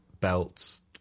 belts